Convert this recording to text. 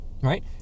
right